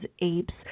apes